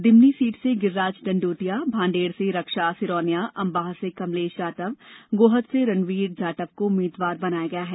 Dimni seat से गिर्राज दंडोतिया भांडेर से रक्षा सिरौनिया अंबाह से कमलेश जाटव गोहद से रणवीर जाटव को उम्मीदवार बनाया गया है